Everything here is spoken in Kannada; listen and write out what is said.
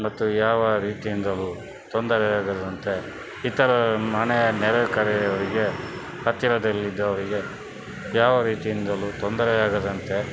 ಮತ್ತು ಯಾವ ರೀತಿಯಿಂದಲೂ ತೊಂದರೆಯಾಗದಂತೆ ಇತರ ಮನೆಯ ನೆರೆಕೆರೆಯವರಿಗೆ ಹತ್ತಿರದಲ್ಲಿದ್ದವರಿಗೆ ಯಾವ ರೀತಿಯಿಂದಲೂ ತೊಂದರೆಯಾಗದಂತೆ